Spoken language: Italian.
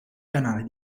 canale